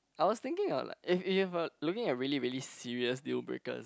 I was thinking of like if if you've a looking at really really serious deal breakers